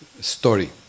story